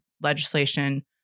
legislation